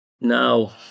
Now